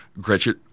Gretchen